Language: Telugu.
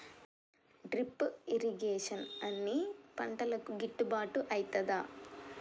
డ్రిప్ ఇరిగేషన్ అన్ని పంటలకు గిట్టుబాటు ఐతదా?